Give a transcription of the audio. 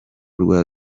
rwa